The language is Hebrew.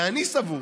ואני סבור